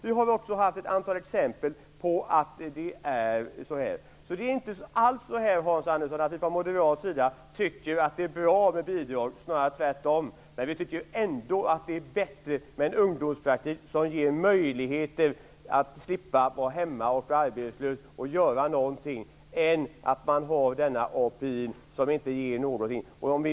Vi har också sett ett antal exempel på att det är så. Vi moderater tycker inte alls, Hans Andersson, att det är bra med bidrag, snarare tvärtom. Men vi tycker ändå att det är bättre med ungdomspraktik, som ger ungdomar möjligheter att slippa gå hemma och vara arbetslösa, än med API, som inte ger någonting.